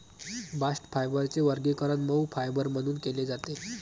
bast फायबरचे वर्गीकरण मऊ फायबर म्हणून केले जाते